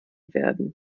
werden